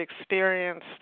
experienced